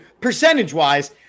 percentage-wise